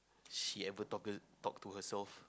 she ever talk talk to herself